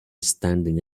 standing